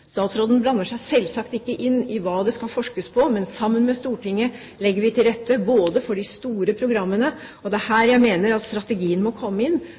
Statsråden blander seg selvsagt ikke inn i hva det skal forskes på, men sammen med Stortinget legger vi til rette for de store programmene, og det er her jeg mener at strategien må komme inn.